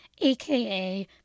aka